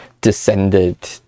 descended